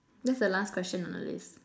that's the last question on the list